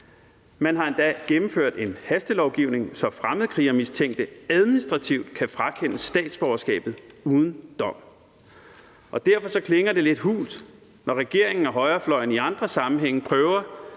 Man har endda gennemført en hastelovgivning, så fremmedkrigermistænkte administrativt kan frakendes statsborgerskabet uden dom. Derfor klinger det lidt hult, når regeringen og højrefløjen i andre sammenhænge prøver